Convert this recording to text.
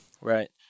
Right